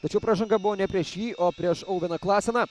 tačiau pražanga buvo ne prieš jį o prieš auveną klaseną